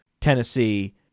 Tennessee